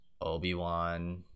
Obi-Wan